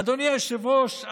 אדוני היושב-ראש,